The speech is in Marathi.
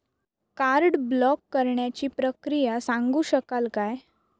कार्ड ब्लॉक करण्याची प्रक्रिया सांगू शकाल काय?